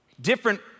different